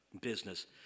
business